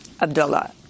Abdullah